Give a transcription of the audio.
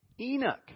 Enoch